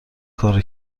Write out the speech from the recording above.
کارو